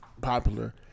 popular